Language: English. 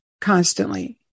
constantly